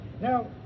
Now